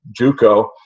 JUCO